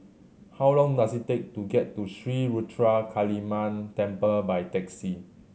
how long does it take to get to Sri Ruthra Kaliamman Temple by taxi